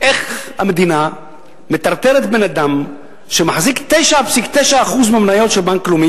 איך המדינה מטרטרת בן-אדם שמחזיק 9.9% מהמניות של בנק לאומי,